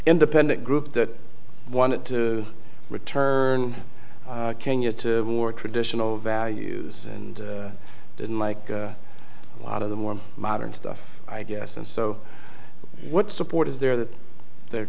independent group that wanted to return kenya to wore traditional values and didn't like a lot of the more modern stuff i guess and so what support is there that